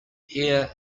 here